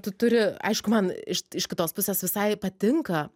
tu turi aišku man iš iš kitos pusės visai patinka